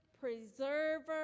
preserver